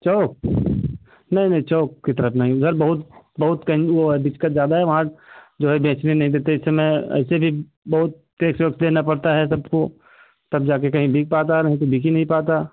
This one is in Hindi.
चौक नहीं नहीं चौक की तरफ नहीं उधर बहुत बहुत वो है दिक्कत ज़्यादा है वहाँ जो है बेचने नहीं देते इस समय एसे भी बहुत टैक्स वैक्स देना पड़ता है तब तो तब जा कर कहीं बिक पाता है नहीं तो बिक ही नहीं पाता